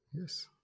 Yes